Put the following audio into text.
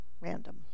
random